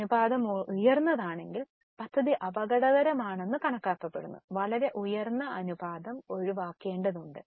അനുപാതം ഉയർന്നതാണെങ്കിൽ പദ്ധതി അപകടകരമാണെന്ന് കണക്കാക്കപ്പെടുന്നു വളരെ ഉയർന്ന അനുപാതം ഒഴിവാക്കേണ്ടതുണ്ട്